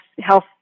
health